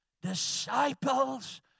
disciples